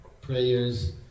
prayers